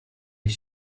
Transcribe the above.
his